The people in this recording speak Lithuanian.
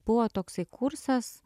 buvo toksai kursas